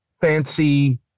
fancy